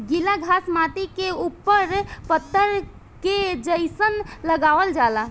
गिला घास माटी के ऊपर परत के जइसन लगावल जाला